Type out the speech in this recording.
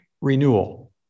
renewal